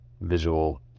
visual